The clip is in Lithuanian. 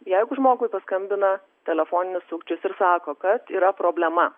jeigu žmogui paskambina telefoninis sukčius ir sako kad yra problema